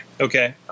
Okay